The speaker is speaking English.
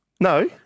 No